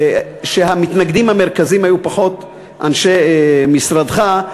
שהמתנגדים המרכזיים היו פחות אנשי משרדך,